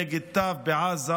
נגד טף בעזה,